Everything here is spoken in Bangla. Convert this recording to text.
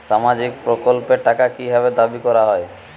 সামাজিক প্রকল্পের টাকা কি ভাবে দাবি করা হয়?